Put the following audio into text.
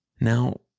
Now